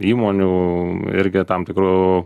įmonių irgi tam tikrų